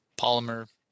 polymer